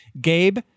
Gabe